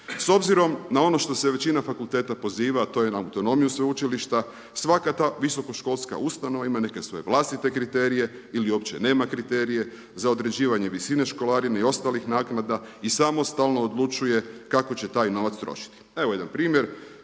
S obzirom što se većina fakulteta poziva a to je na autonomiju sveučilišta svaka ta visokoškolska ustanova ima neke svoje vlastite kriterije ili opće nema kriterije za određivanje visine školarine i ostalih naknada i samostalno odlučuje kako će taj novac trošiti. Evo jedan primjer,